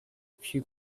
few